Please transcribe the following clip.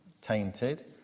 tainted